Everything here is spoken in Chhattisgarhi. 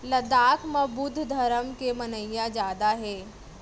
लद्दाख म बुद्ध धरम के मनइया जादा हे